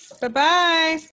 Bye-bye